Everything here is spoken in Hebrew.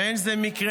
ואין זה מקרה,